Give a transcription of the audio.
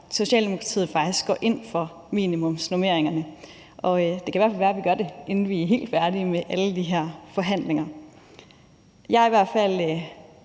Socialdemokratiet faktisk går ind for minimumsnormeringerne, og det kan i hvert fald være, de gør det, inden vi er helt færdige med alle de her forhandlinger. Jeg er i hvert fald